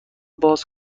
باز